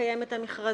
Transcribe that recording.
לקיים את המכרזים.